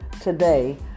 today